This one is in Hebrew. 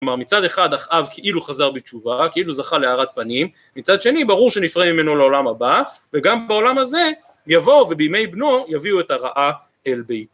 כלומר, מצד אחד, אחאב כאילו חזר בתשובה, כאילו זכה להארת פנים, מצד שני, ברור שנפרעים ממנו לעולם הבא וגם בעולם הזה יבואו ובימי בנו יביאו את הרעה אל ביתו